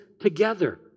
together